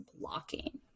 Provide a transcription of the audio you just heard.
blocking